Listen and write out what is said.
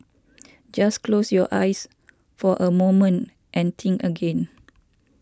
just close your eyes for a moment and think again